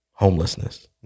homelessness